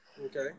Okay